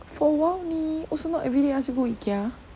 for a while only also not everyday ask you go ikea